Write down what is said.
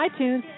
iTunes